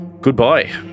Goodbye